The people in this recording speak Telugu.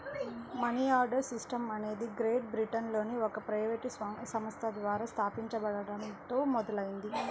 మనియార్డర్ సిస్టమ్ అనేది గ్రేట్ బ్రిటన్లోని ఒక ప్రైవేట్ సంస్థ ద్వారా స్థాపించబడటంతో మొదలైంది